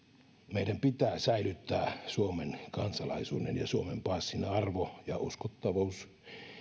meidän pitää säilyttää suomen kansalaisuuden ja suomen passin arvo ja uskottavuus